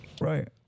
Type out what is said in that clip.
Right